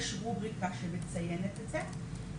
יש רובריקה שמציינת את זה.